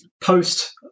post